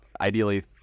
ideally